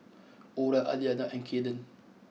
Orah Aliana and Cayden